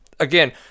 Again